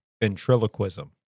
ventriloquism